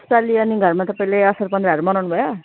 यस पालि अनि घरमा तपाईँले असार पन्ध्रहरू मनाउनु भयो